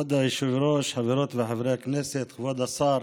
כבוד היושב-ראש, חברות וחברי הכנסת, כבוד השר,